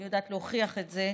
אני יודעת להוכיח את זה,